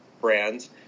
brands